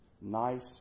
nice